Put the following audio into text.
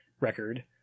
record